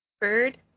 Bird